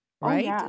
right